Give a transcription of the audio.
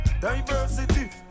diversity